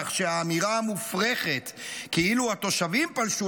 כך שהאמירה המופרכת כאילו התושבים פלשו